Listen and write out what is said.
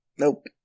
Nope